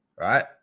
right